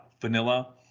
vanilla